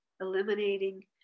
eliminating